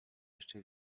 jeszcze